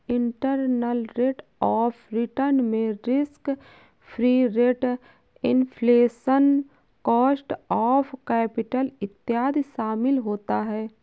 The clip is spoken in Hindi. इंटरनल रेट ऑफ रिटर्न में risk free rate, inflation, cost of capital इत्यादि शामिल होता है